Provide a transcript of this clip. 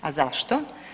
A zašto?